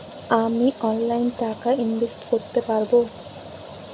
আমি অনলাইনে টাকা ইনভেস্ট করতে পারবো?